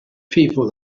people